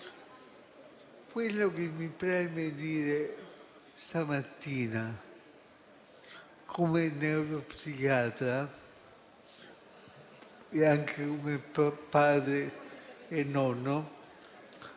Quello che mi preme dire stamattina come neuropsichiatria e anche come padre e nonno